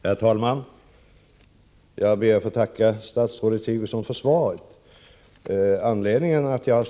Herr talman! Jag ber att få tacka statsrådet Sigurdsen för svaret på min Fredagen den interpellation.